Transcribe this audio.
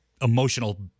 emotional